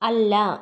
അല്ല